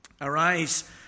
Arise